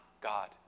God